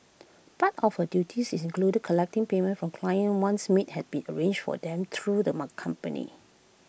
part of her duties is included collecting payments from clients once maids had been arranged for them through them A company